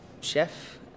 chef